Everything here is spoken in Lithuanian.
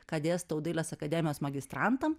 ką dėstau dailės akademijos magistrantam